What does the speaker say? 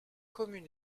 communes